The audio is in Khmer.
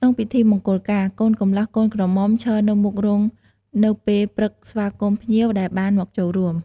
ក្នុងពិធីមង្គលការ កូនកម្លោះកូនក្រមុំ ឈរនៅមុខរោងនៅពេលព្រឹកស្វាគមន៍ភ្ញៀវដែលបានមកចូលរួម។